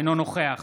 אינו נוכח